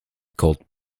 called